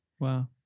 Wow